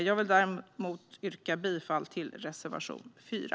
Jag vill däremot yrka bifall till reservation 4.